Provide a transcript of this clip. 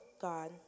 God